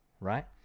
right